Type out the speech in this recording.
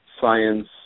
Science